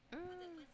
mm